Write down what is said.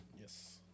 Yes